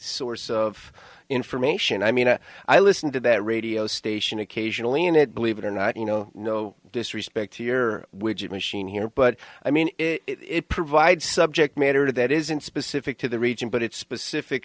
source of information i mean i listen to that radio station occasionally in it believe it or not you know no disrespect to your widget machine here but i mean it provides subject matter that isn't specific to the region but it's specific